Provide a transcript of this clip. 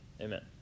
Amen